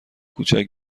کوچک